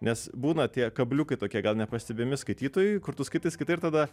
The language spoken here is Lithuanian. nes būna tie kabliukai tokie gal nepastebimi skaitytojui kur tu skaitai skaitai ir tada